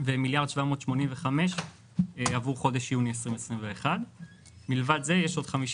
וממיליארד 785 עבור חודש יוני 2021. מלבד זה יש עוד 55